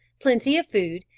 plenty of food,